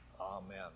Amen